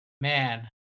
Man